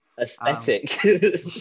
Aesthetic